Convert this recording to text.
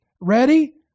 Ready